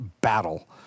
battle